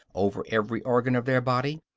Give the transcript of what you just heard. over every organ of their body,